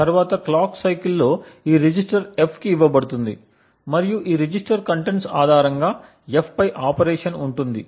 తరువాతి క్లాక్ సైకిల్స్లో ఈ రిజిస్టర్ F కి ఇవ్వబడుతుంది మరియు ఈ రిజిస్టర్ కంటెంట్స్ ఆధారంగా F పై ఆపరేషన్ ఉంటుంది